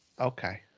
okay